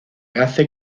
hace